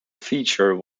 feature